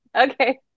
Okay